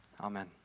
Amen